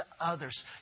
others